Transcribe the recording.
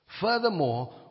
Furthermore